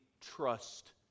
trust